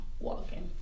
Walking